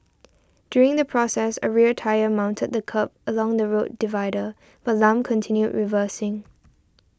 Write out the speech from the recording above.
during the process a rear tyre mounted the kerb along the road divider but Lam continued reversing